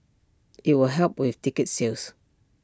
IT will help with ticket sales